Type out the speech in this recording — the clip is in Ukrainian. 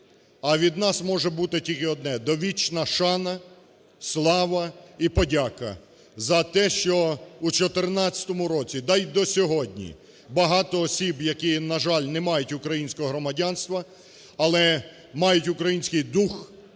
А від нас може бути тільки одне, довічна шана, слава і подяка за те, що у чотирнадцятому році, та й до сьогодні, багато осіб, які, на жаль, не мають українського громадянства, але мають український дух